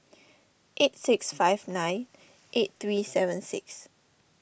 eight six five nine eight three seven six